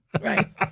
right